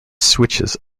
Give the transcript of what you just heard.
switches